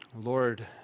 Lord